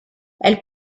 elle